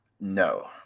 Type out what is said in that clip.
No